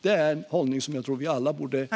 Det är en hållning som jag tror att vi alla borde ha.